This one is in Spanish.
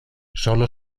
solo